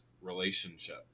relationship